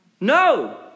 No